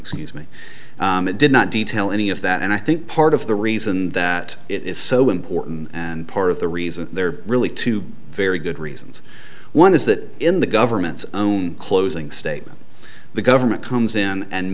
me it did not detail any of that and i think part of the reason that it is so important and part of the reason there are really two very good reasons one is that in the government's own closing statement the government comes in and